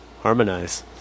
Harmonize